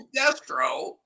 Destro